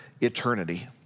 eternity